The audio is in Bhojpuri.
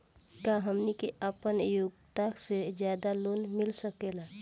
का हमनी के आपन योग्यता से ज्यादा लोन मिल सकेला?